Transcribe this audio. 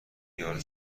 یارو